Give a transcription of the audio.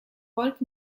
volt